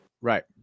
Right